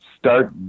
start